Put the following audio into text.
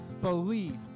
Believe